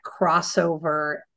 crossover